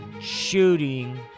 Shooting